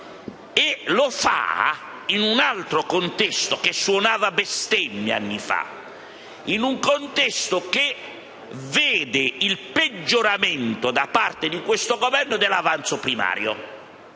E lo fa in un altro contesto che suonava bestemmia anni fa: in un contesto che vede il peggioramento, da parte di questo Governo, dell'avanzo primario.